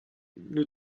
nous